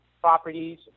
properties